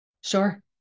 Sure